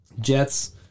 Jets